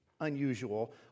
unusual